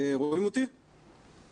הקורונה כמו שידוע לכם,